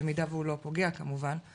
במידה והוא לא הפוגע כמובן,